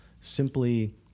simply